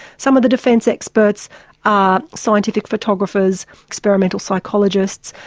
some of the defence experts are scientific photographers, experimental psychologists,